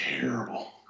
terrible